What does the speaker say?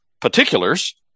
particulars